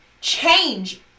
change